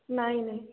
ନାଇଁ ନାଇଁ